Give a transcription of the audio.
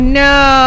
no